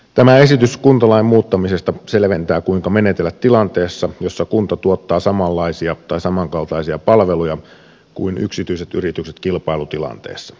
tämä esitys kuntalain muuttamisesta selventää kuinka menetellä tilanteessa jossa kunta tuottaa samanlaisia tai samankaltaisia palveluja kuin yksityiset yritykset kilpailutilanteessa